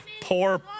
poor